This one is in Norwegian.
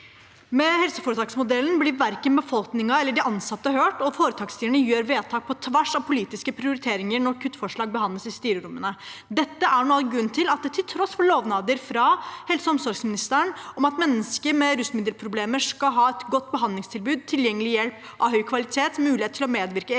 Med helseforetaksmodellen blir verken befolkningen eller de ansatte hørt, og foretaksstyrene gjør vedtak på tvers av politiske prioriteringer når kuttforslag behandles i styrerommene. Dette er noe av grunnen til at det legges ned døgnplasser over hele landet til tross for lovnader fra helse- og omsorgsministeren om at mennesker med rusmiddelproblemer skal ha et godt behandlingstilbud, tilgjengelig hjelp av høy kvalitet og mulighet til å medvirke i